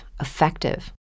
effective